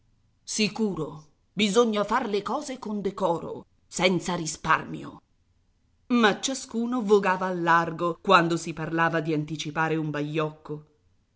sicuro bisogna far le cose con decoro senza risparmio ma ciascuno vogava al largo quando si parlava di anticipare un baiocco